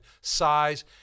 size